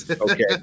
Okay